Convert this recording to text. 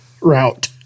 route